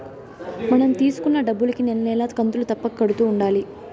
మనం తీసుకున్న డబ్బులుకి నెల నెలా కంతులు తప్పక కడుతూ ఉండాలి